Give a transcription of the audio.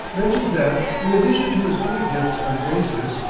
mentions that, in addition to his other gifts and graces,